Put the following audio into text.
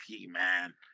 man